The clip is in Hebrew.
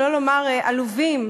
שלא לומר עלובים,